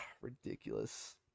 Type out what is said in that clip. ridiculous